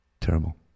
Terrible